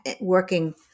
working